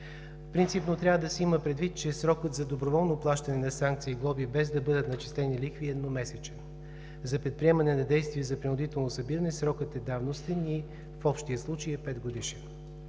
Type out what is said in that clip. Принципно трябва да се има предвид, че срокът за доброволно плащане на санкции и глоби, без да бъдат начислени лихви, е едномесечен. За предприемане на действия за принудително събиране срокът е давностен и в общия случай е петгодишен.